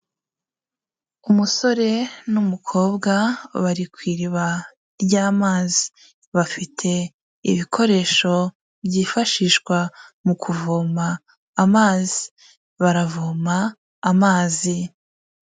Umusore n'umukobwa bari ku iriba ry'amazi. Bafite ibikoresho byifashishwa mu kuvoma amazi. Baravoma amazi.